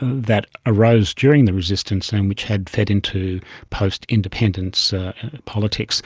that arose during the resistance and which had fed into post-independence politics.